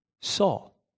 Saul